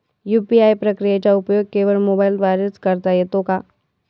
UPI प्रक्रियेचा उपयोग केवळ मोबाईलद्वारे च करता येतो का?